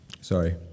sorry